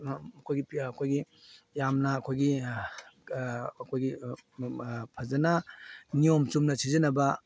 ꯑꯩꯈꯣꯏꯒꯤ ꯑꯩꯈꯣꯏꯒꯤ ꯌꯥꯝꯅ ꯑꯩꯈꯣꯏꯒꯤ ꯑꯩꯈꯣꯏꯒꯤ ꯐꯖꯅ ꯅꯤꯌꯣꯝ ꯆꯨꯝꯅ ꯁꯤꯖꯤꯟꯅꯕ